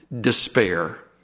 despair